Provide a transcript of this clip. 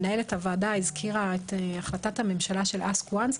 מנהלת הוועדה הזכירה את החלטת הממשלה של ask once,